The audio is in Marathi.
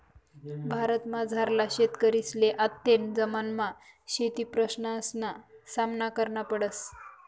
भारतमझारला शेतकरीसले आत्तेना जमानामा शेतीप्रश्नसना सामना करना पडस